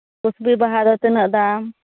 ᱠᱩᱥᱵᱤ ᱵᱟᱦᱟ ᱫᱚ ᱛᱤᱱᱟᱹᱜ ᱫᱟᱢ